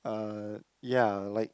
uh ya like